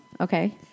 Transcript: Okay